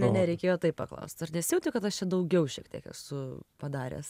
ne nereikėjo taip paklaust ar nesijauti kad aš čia daugiau šiek tiek esu padaręs